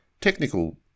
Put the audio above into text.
technical